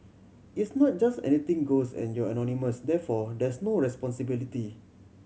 it's not just anything goes and you're anonymous therefore there's no responsibility